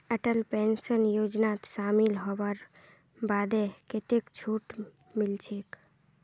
Atal pension योजनात शामिल हबार बादे कतेक छूट मिलछेक